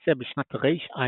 - בוונציה בשנת רע"ו.